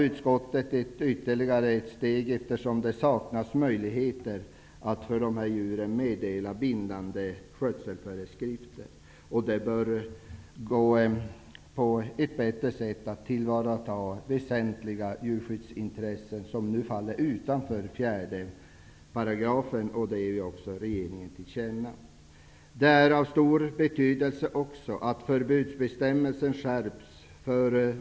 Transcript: Utskottet går här ytterligare ett steg, eftersom det saknas möjligheter att för dessa djur meddela bindande skötselföreskrifter. Det bör gå att på ett bättre sätt tillvarata väsentliga djurskyddsintressen som nu faller utanför 4 § i lagen. Detta ger utskottet regeringen till känna. Det är av stor betydelse att förbudsbestämmelsen nu skärps.